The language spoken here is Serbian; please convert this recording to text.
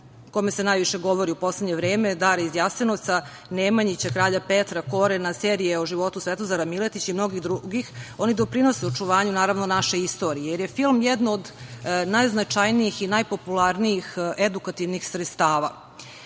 kome se najviše govori u poslednje vreme, „Dara iz Jasenovca“, „Nemanjića“, „Kralja Petra“, „Korena“ serije o životu Svetozara Miletića i mnogih drugih, oni doprinose očuvanju naravno naše istorije, jer je film jedno od najznačajnijih i najpopularnijih edukativnih sredstava. Iako